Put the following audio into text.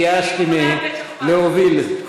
התייאשתי מלהוביל את זה.